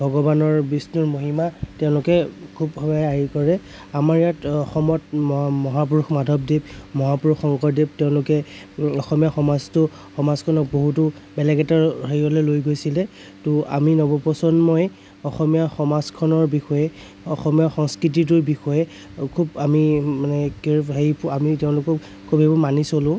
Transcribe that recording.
ভগৱানৰ বিষ্ণুৰ মহিমা তেওঁলোকে খুব ঘনাই হেৰি কৰে আমাৰ ইয়াত অসমত ম মহাপুৰুষ মাধৱদেৱ মহাপুৰুষ শংকৰদেৱ তেওঁলোকে অসমীয়া সমাজটো সমাজখনক বহুতো বেলেগ এটা হেৰিয়ালৈ লৈ গৈছিলে ত' আমি নৱপ্ৰজন্মই অসমীয়া সমাজখনৰ বিষয়ে অসমীয়া সংস্কৃতিটোৰ বিষয়ে খুব আমি মানে হেৰি আমি তেওঁলোকক খুবেই মানি চলোঁ